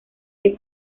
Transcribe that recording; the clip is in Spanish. que